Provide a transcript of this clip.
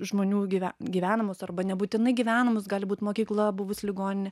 žmonių gyve gyvenamus arba nebūtinai gyvenamus gali būt mokykla buvus ligoninė